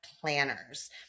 planners